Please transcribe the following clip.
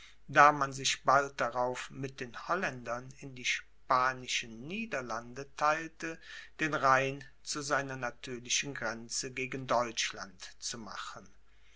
da man sich bald darauf mit den holländern in die spanischen niederlande theilte den rhein zu seiner natürlichen grenze gegen deutschland zu machen